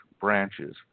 branches